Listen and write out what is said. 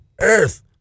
earth